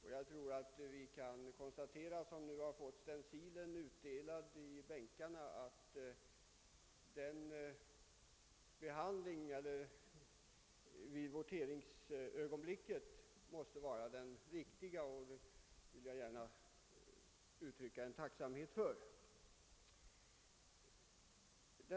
Vi kan konstatera att den stencil som nu har utdelats i bänkarna måste vara den riktiga när vi skall votera, och jag vill gärna uttrycka min tacksamhet för det.